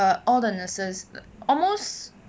all the nurses almost